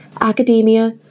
academia